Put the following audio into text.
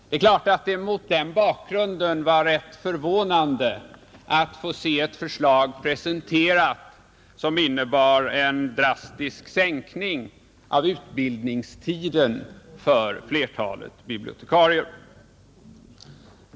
Det var mot den bakgrunden rätt förvånande att få se ett förslag presenterat som innebar en drastisk sänkning av utbildningstiden för flertalet bibliotekarier.